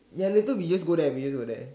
ya later we just go there we just go there